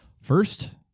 first